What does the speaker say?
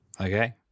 Okay